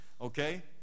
Okay